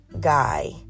guy